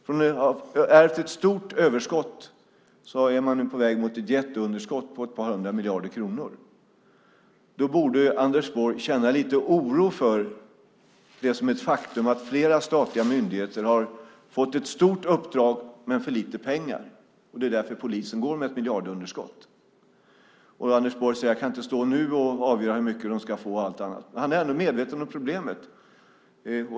Från att ha ärvt ett stort överskott är man nu på väg mot ett jätteunderskott på ett par hundra miljarder kronor. Då borde Anders Borg känna lite oro för det faktum att flera statliga myndigheter har fått ett stort uppdrag men för lite pengar. Det är därför polisen går med miljardunderskott. Anders Borg säger att han inte kan avgöra hur mycket de ska få. Men han är ändå medveten om problemet.